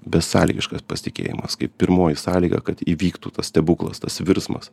besąlygiškas pasitikėjimas kaip pirmoji sąlyga kad įvyktų tas stebuklas tas virsmas